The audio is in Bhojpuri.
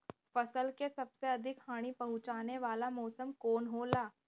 फसल के सबसे अधिक हानि पहुंचाने वाला मौसम कौन हो ला?